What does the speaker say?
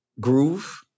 Groove